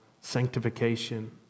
sanctification